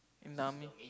in the army